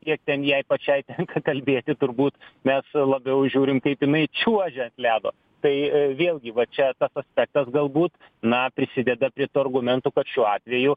kiek ten jai pačiai tenka kalbėti turbūt mes labiau žiūrim kaip jinai čiuožia ant ledo tai vėlgi va čia tas aspektas galbūt na prisideda prie tų argumentų kad šiuo atveju